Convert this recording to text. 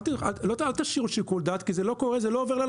אל תשאירו שיקול דעת, כי זה לא קורה, זה לא עובר.